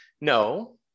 no